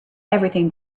everything